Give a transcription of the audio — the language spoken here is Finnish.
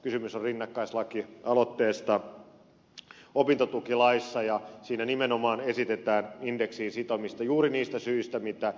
kysymys on rinnakkaislakialoitteesta opintotukilaissa ja siinä nimenomaan esitetään indeksiin sitomista juuri niistä syistä mitä ed